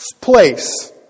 place